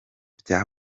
bya